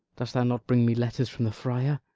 dost thou not bring me letters from the friar?